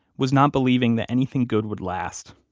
was not believing that anything good would last.